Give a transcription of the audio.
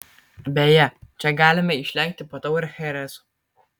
beje čia galime išlenkti po taurę chereso